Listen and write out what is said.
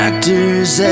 Actors